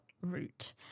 route